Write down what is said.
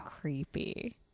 creepy